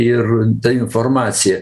ir ta informacija